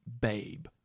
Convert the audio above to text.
babe